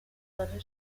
آنها